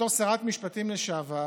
בתור שרת משפטים לשעבר,